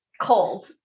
cold